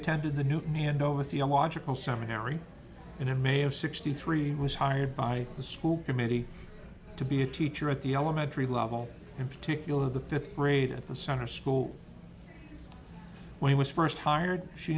theological seminary and it may have sixty three was hired by the school committee to be a teacher at the elementary level in particular the fifth grade at the summer school when he was first hired she